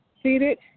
seated